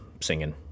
singing